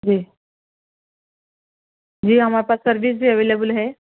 جی جی ہمارے پاس سروس بھی اویلیبل ہے